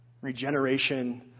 regeneration